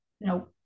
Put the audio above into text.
No